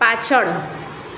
પાછળ